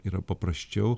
yra paprasčiau